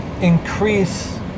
increase